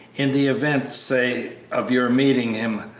in the event, say, of your meeting him,